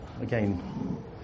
again